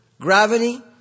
gravity